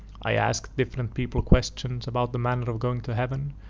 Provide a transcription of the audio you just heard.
i asked different people questions about the manner of going to heaven,